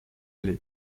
les